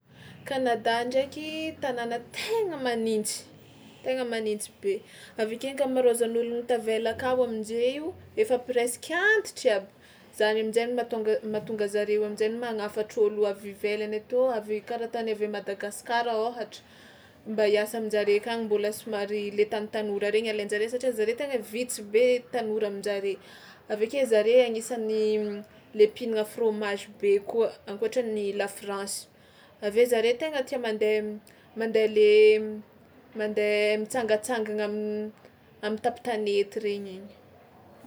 Canada ndraiky tanàna tegna manintsy tegna manintsy be, avy ake ankamaroazan'olo tavela akao amin-je io efa presky antitra aby, zany amin-jainy mahatônga mahatonga zareo amin-jainy magnafatra ôlo avy ivelany atô avy karaha tany avy à Madagasikara ôhatra mba hiasa amin-jare akagny, mbôla somary le tanotanora regny alain-jare satria zare tegna vitsy be tanora amin-jare, avy ake zare agnisan'ny le mpihinagna fromage be koa ankoatran'ny la France, avy eo zare tegna tia mandeha mandeha le mandeha mitsangatsangagna am- am'tampon-tanety regny igny.